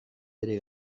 bere